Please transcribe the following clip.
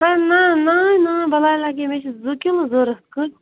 ہے نہَ نہَ ناے بلاے لگے مےٚ چھِ زٕ کِلو ضروٗرت